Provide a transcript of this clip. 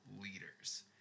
leaders